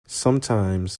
sometimes